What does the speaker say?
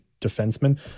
defenseman